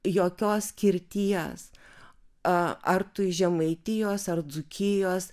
jokios skirties a ar tu žemaitijos ar dzūkijos